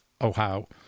Ohio